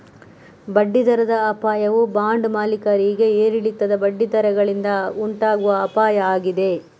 ಬಡ್ಡಿ ದರದ ಅಪಾಯವು ಬಾಂಡ್ ಮಾಲೀಕರಿಗೆ ಏರಿಳಿತದ ಬಡ್ಡಿ ದರಗಳಿಂದ ಉಂಟಾಗುವ ಅಪಾಯ ಆಗಿದೆ